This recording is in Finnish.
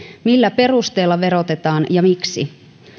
millä perusteella verotetaan ja miksi